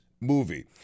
movie